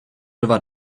dva